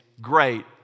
great